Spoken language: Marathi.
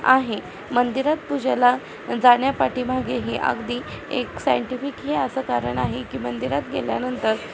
आहे मंदिरात पूजेला जाण्यापाठीमागेही अगदी एक सायंटिफिक हे असं कारण आहे की मंदिरात गेल्यानंतर